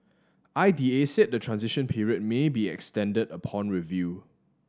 I D A said the transition period may be extended upon review